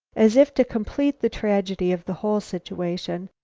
as if to complete the tragedy of the whole situation,